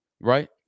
right